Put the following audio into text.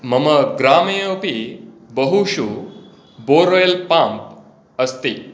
मम ग्रामे अपि बहुषु बेर्वेल् पम्प् अस्ति